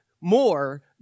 more